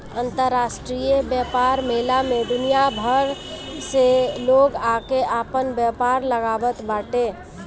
अंतरराष्ट्रीय व्यापार मेला में दुनिया भर से लोग आके आपन व्यापार लगावत बाटे